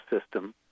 system